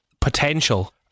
potential